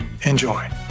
enjoy